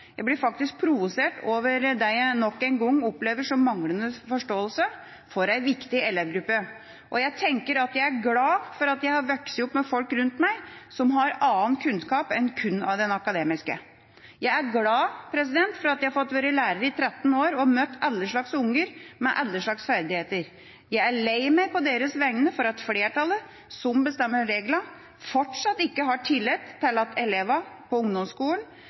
Jeg blir faktisk provosert over det jeg nok en gang opplever som manglende forståelse for en viktig elevgruppe, og jeg tenker at jeg er glad for at jeg har vokst opp med folk rundt meg som har annen kunnskap enn kun den akademiske. Jeg er glad for at jeg har fått være lærer i 13 år og møtt alle slags unger med alle slags ferdigheter. Jeg er lei meg på deres vegne for at flertallet, som bestemmer reglene, fortsatt ikke har tillit til at elevene på ungdomsskolen